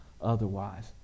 otherwise